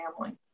family